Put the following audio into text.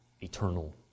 eternal